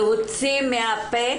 להוציא מהפה